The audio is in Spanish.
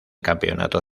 campeonato